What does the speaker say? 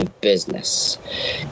business